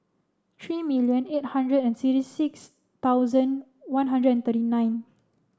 three million eight hundred and sixty six thousand one hundred and thirty nine